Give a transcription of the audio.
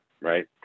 right